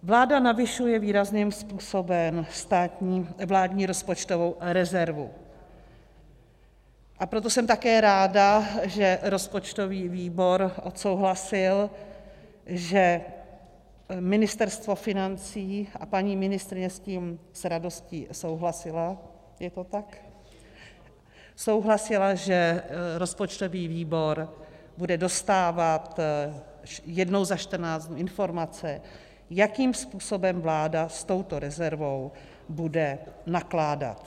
Vláda navyšuje výrazným způsobem vládní rozpočtovou rezervu, a proto jsem také ráda, že rozpočtový výbor odsouhlasil, že Ministerstvo financí, a paní ministryně s tím s radostí souhlasila je tak? souhlasila, že rozpočtový výbor bude dostávat jednou za 14 dnů informace, jakým způsobem vláda s touto rezervou bude nakládat.